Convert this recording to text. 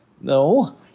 No